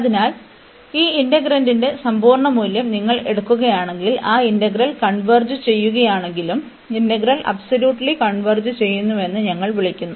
അതിനാൽ ഈ ഇന്റഗ്രാൻഡിന്റെ സമ്പൂർണ്ണ മൂല്യം നിങ്ങൾ എടുക്കുകയാണെങ്കിൽ ആ ഇന്റഗ്രൽ കൺവേർജ് ചെയ്യുകയാണെങ്കിലും ഇന്റഗ്രൽ അബ്സോല്യൂട്ട്ലി കൺവേർജ് ചെയ്യുന്നുവെന്ന് ഞങ്ങൾ വിളിക്കുന്നു